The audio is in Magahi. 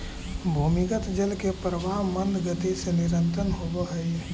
भूमिगत जल के प्रवाह मन्द गति से निरन्तर होवऽ हई